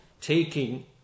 taking